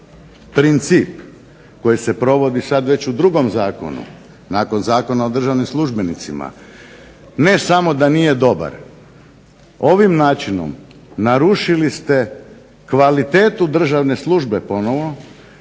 princip koji se provodi sada već u drugom zakonu, nakon Zakona o državnim službenicima, ne samo da nije dobar, ovim načinom narušili ste kvalitetu državne službe ponovno,